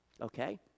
okay